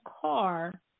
car